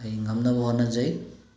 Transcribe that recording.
ꯑꯩ ꯉꯝꯅꯕ ꯍꯣꯠꯅꯖꯩ